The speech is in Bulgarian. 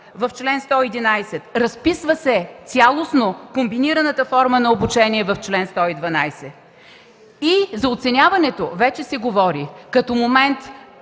в чл. 111. Цялостно се разписва комбинираната форма на обучение в чл. 112. За оценяването вече се говори като момент